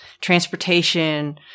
transportation